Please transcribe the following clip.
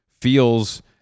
feels